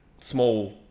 small